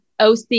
OC